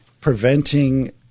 preventing